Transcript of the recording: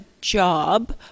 job